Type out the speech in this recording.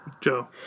Joe